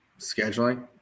scheduling